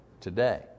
today